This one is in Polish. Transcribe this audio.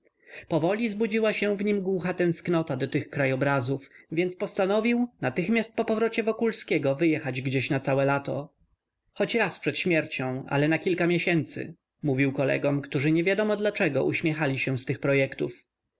powoli zbudziła się w nim głucha tęsknota do tych krajobrazów więc postanowił natychmiast po powrocie wokulskiego wyjechać gdzieś na całe lato choć raz przed śmiercią ale na kilka miesięcy mówił kolegom którzy niewiadomo dlaczego uśmiechali się z tych projektów